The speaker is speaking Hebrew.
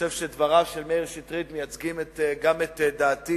חושב שדבריו של מאיר שטרית מייצגים גם את דעתי,